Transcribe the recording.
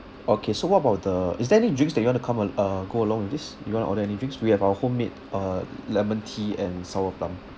okay so what about the is there any drinks that you wanna come a~ uh go along with this you want to order any drinks we have our homemade uh lemon tea and sour plum